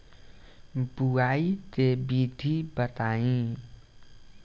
बुआई के विधि बताई?